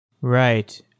Right